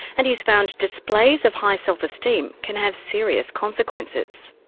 and he's found displays of high self-esteem can have serious consequences.